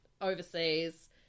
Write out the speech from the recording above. overseas